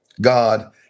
God